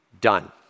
done